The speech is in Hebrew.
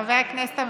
חבר הכנסת המציע: